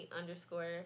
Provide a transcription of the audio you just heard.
underscore